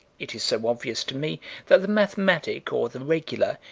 it is so obvious to me that the mathematic, or the regular,